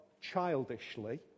childishly